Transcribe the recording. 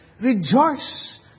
rejoice